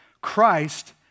Christ